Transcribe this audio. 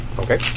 Okay